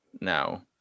now